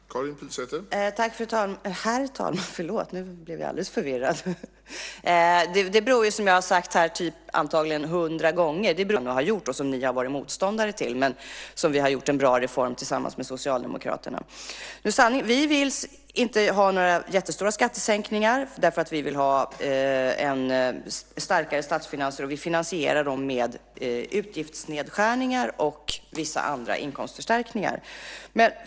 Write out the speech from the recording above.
Herr talman! Som jag har sagt här antagligen hundra gånger beror det ju på att vi har genomfört en reformering av pensionssystemet, vilket de flesta andra inte har gjort och som ni har varit motståndare till. Men vi har genomfört en bra reform tillsammans med Socialdemokraterna. Vi vill inte ha några jättestora skattesänkningar därför att vi vill ha starkare statsfinanser, och vi finansierar dem med utgiftsnedskärningar och vissa andra inkomstförstärkningar.